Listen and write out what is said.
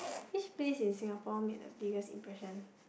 which place in Singapore made the biggest impression